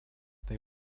they